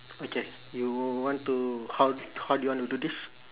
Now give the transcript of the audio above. okay you want to how how do you want to do this